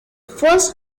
first